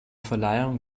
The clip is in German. verleihung